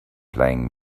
playing